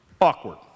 awkward